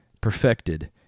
perfected